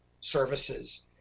services